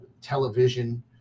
television